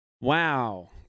Wow